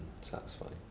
satisfying